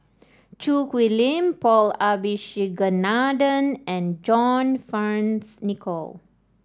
Choo Hwee Lim Paul Abisheganaden and John Fearns Nicoll